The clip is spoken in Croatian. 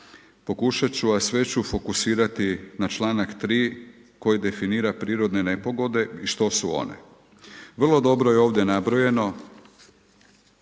pokušati ću, sve ću fokusirati na čl. 3. koji definira na prirodne nepogode i što su one. Vrlo je dobro ovdje navedeno,